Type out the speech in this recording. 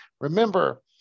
Remember